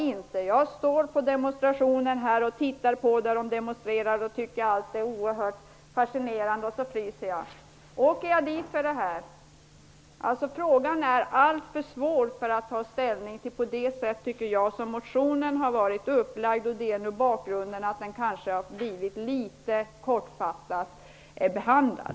Om jag står och tittar på en demonstration och tycker att allting är oerhört fascinerande och jag samtidigt fryser, åker jag då dit för att jag virar sjalen kring en del av ansiktet? Frågan är alltför svår att ta ställning till på det sätt som motionen är upplagd, och det är bakgrunden till att den kanske har blivit litet kortfattat behandlad.